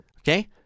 okay